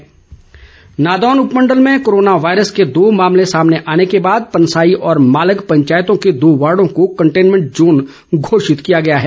DC Hamirpur Nadaun उपमंडल में corona virus के दो मामले सामने आने के बाद पनसाई व मालग पंचायतों के दो वार्डो को कंटेनमेंट जोन घोषित किया गया है